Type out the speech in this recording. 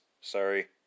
Sorry